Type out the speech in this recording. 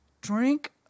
drink